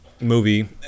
movie